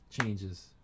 changes